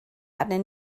arnyn